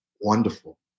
wonderful